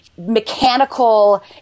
mechanical